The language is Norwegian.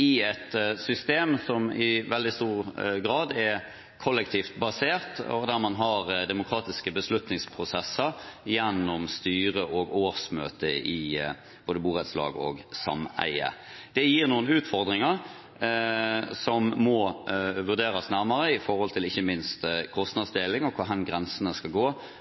i et system som i veldig stor grad er kollektivt basert, og der man har demokratiske beslutningsprosesser gjennom et styre og årsmøter i både borettslag og sameier. Det gir noen utfordringer som må vurderes nærmere, ikke minst når det gjelder kostnadsdeling, og hvor grensene skal gå